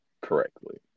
correctly